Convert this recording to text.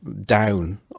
down